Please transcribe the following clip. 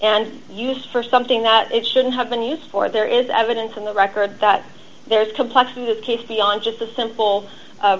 and used for something that it shouldn't have been used for there is evidence in the record that there is complex in this case beyond just the simple